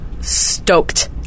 stoked